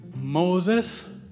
Moses